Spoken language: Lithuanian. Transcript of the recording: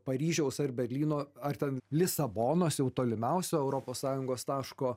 paryžiaus ar berlyno ar ten lisabonos jau tolimiausio europos sąjungos taško